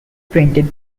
painted